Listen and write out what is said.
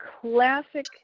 classic